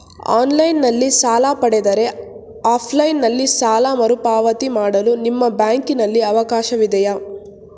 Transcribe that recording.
Online ನಲ್ಲಿ ಸಾಲ ಪಡೆದರೆ ಆಫ್ಲೈನ್ ನಲ್ಲಿ ಸಾಲ ಮರುಪಾವತಿ ಮಾಡಲು ನಿಮ್ಮ ಬ್ಯಾಂಕಿನಲ್ಲಿ ಅವಕಾಶವಿದೆಯಾ?